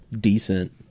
decent